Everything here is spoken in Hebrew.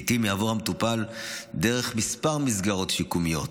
לעיתים יעבור המטופל דרך כמה מסגרות שיקומיות,